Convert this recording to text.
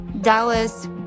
Dallas